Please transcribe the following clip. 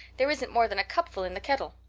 there isn't more than a cupful in the kettle!